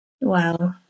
Wow